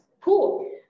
Cool